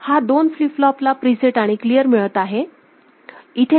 ह्या दोन flip flop ला प्रीसेट आणि क्लिअर मिळत आहे